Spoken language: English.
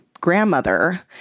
grandmother